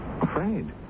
Afraid